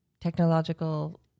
technological